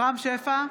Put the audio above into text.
רם שפע,